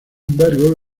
embargo